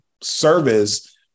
service